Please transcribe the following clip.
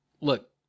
look